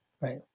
Right